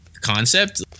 concept